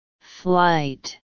Flight